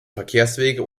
verkehrswege